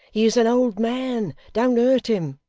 he is an old man don't hurt him